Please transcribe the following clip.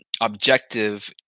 objective